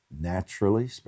naturally